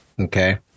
Okay